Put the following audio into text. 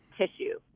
tissue